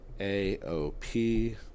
AOP